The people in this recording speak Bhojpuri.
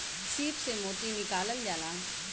सीप से मोती निकालल जाला